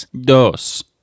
dos